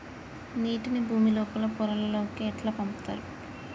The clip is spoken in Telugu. నీటిని భుమి లోపలి పొరలలోకి ఎట్లా పంపుతరు?